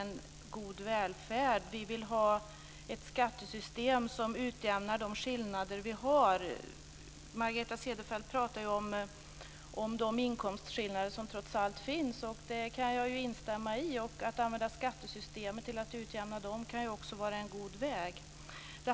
Det är en kostsam utgift för många hushåll i dag. I Sverige, som är ett stort land med liten befolkning, är det många människor som har lång resväg mellan sitt arbete och sin bostad.